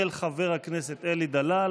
של חבר הכנסת אלי דלל,